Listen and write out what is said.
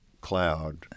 cloud